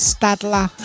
Stadler